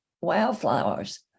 wildflowers